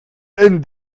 and